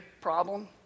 problem